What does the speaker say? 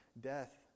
death